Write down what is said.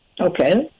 Okay